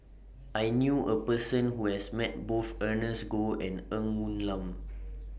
I knew A Person Who has Met Both Ernest Goh and Ng Woon Lam